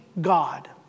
God